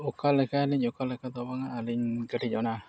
ᱚᱠᱟ ᱞᱮᱠᱟᱭ ᱟᱞᱤᱧ ᱚᱠᱟ ᱞᱮᱠᱟ ᱫᱚ ᱵᱟᱝᱟ ᱟᱹᱞᱤᱧ ᱠᱟᱹᱴᱤᱡ ᱚᱱᱟ